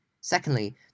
Secondly